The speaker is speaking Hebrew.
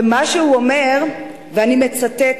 ומה שהוא אומר, ואני מצטטת,